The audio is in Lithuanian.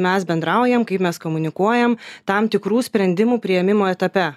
mes bendraujam kaip mes komunikuojam tam tikrų sprendimų priėmimo etape